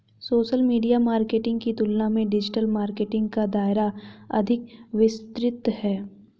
social media marketing की तुलना में डिजिटल मार्केटिंग का दायरा अधिक विस्तृत है